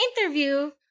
interview